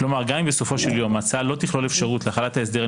כלומר גם אם בסופו של יום ההצעה לא תכלול אפשרות להחלת ההסדר על